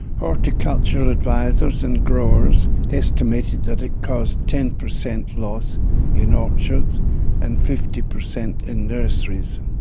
horticultural advisers and growers estimated that it caused ten percent loss in orchards and fifty percent in nurseries.